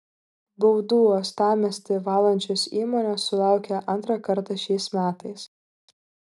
baudų uostamiestį valančios įmonės sulaukia antrą kartą šiais metais